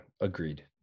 agreed